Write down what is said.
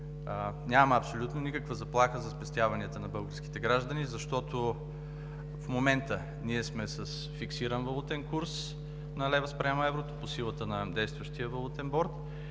Няма абсолютно никаква заплаха за спестяванията на българските граждани, защото в момента ние сме с фиксиран валутен курс на лева спрямо еврото, по силата на действащия валутен борд.